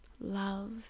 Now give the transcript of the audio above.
love